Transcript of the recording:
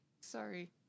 Sorry